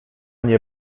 nie